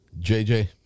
JJ